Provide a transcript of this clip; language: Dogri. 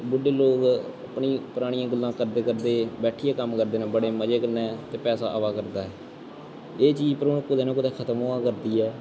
बुड्ढे लोक अपनी परानियां गल्लां करदे करदे बैट्ठियै कम्म करदे न बड़े मजे कन्नै ते पैसा आवा करदा ऐ एह् चीज पर हून कुतै ना कुतै खत्म होआ करदी ऐ